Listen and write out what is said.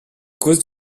cause